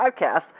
podcast